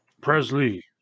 Presley